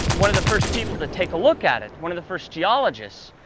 one of the first people to take a look at it, one of the first geologists,